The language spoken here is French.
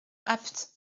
apt